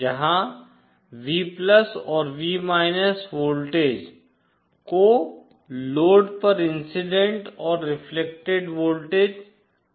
जहां V और V voltage को लोड पर इंसिडेंट और रिफ्लेक्टेड वोल्टेज कहा जाता हैं